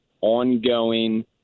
ongoing